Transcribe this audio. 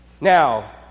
Now